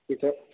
तिथं